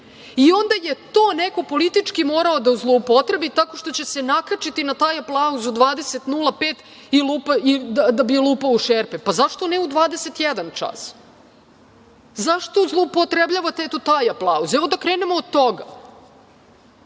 i onda je to neko politički morao da zloupotrebi, tako što će se nakačiti na taj aplauz u 20.05 da bi lupao u šerpe. Zašto ne u 21.00 čas? Zašto zloupotrebljavate taj aplauz? Evo, da krenemo od toga. Onda,